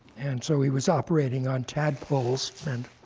and so he was operating on tadpoles. and